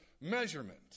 measurement